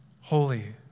holy